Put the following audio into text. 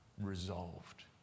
resolved